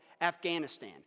Afghanistan